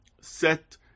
set